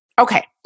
Okay